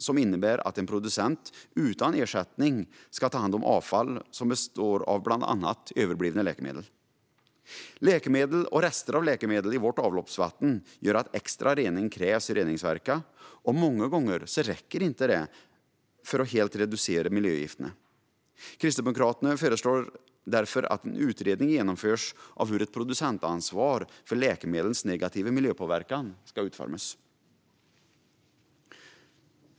Det innebär att en producent utan ersättning ska ta hand om avfall som består av bland annat överblivna läkemedel. Läkemedel och rester av läkemedel i vårt avloppsvatten gör att extra rening krävs vid reningsverken, och många gånger räcker det inte för att helt reducera miljögifterna. Kristdemokraterna föreslår därför att en utredning genomförs av hur ett producentansvar för läkemedlens negativa miljöpåverkan ska utformas.